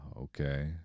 okay